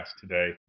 today